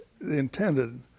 intended